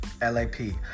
L-A-P